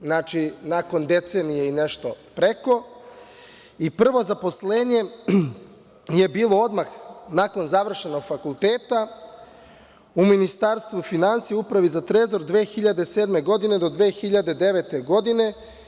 Znači, nakon decenije i nešto preko i prvo zaposlenje je bilo odmah nakon završenog fakulteta u Ministarstvu finansija, Upravi za trezor 2007. godine do 2009. godine.